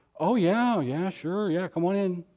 oh yeah. yeah, sure. yeah, come on in.